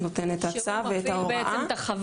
נותן את הצו וההוראה -- הוא מפעיל בעצם את החברות?